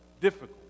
difficult